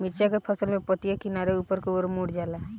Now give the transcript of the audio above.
मिरचा के फसल में पतिया किनारे ऊपर के ओर मुड़ जाला?